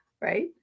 Right